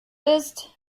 ist